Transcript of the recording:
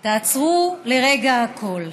תעצרו לרגע הכול: